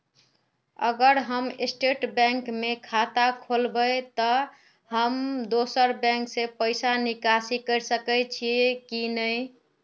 अगर हम State Bank में खाता खोलबे तो हम दोसर बैंक से पैसा निकासी कर सके ही की नहीं?